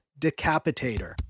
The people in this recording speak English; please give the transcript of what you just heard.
decapitator